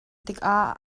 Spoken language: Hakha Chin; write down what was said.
tikah